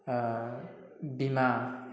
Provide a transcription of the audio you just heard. बीमा